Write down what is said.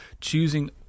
choosing